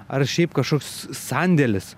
ar šiaip kažkoks sandėlis